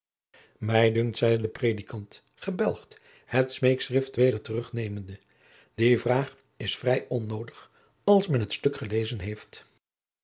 mij dunkt zeide de predikant gebelgd het smeekschrift weder terugnemende die vraag is vrij onnoodig als men het stuk gelezen heeft